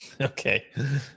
Okay